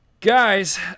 Guys